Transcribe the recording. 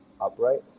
upright